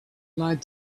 lied